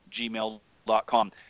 gmail.com